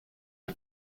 are